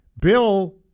Bill